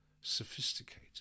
sophisticated